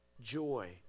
joy